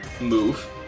move